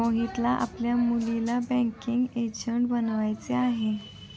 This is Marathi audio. मोहितला आपल्या मुलीला बँकिंग एजंट बनवायचे आहे